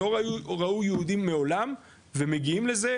שלא ראו יהודים מעולם ומגיעים לזה,